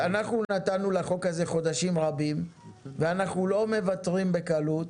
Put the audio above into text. אז אנחנו נתנו לחוק הזה חודשים רבים ואנחנו לא מוותרים בקלות.